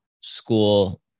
school